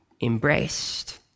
embraced